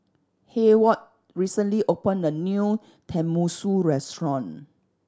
Hayward recently opened a new Tenmusu Restaurant